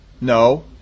No